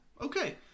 Okay